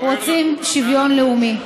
רוצים שוויון לאומי.